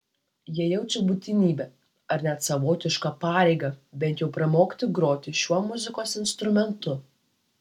jie jaučia būtinybę ar net savotišką pareigą bent jau pramokti groti šiuo muzikos instrumentu